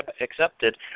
accepted